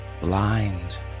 blind